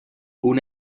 una